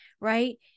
right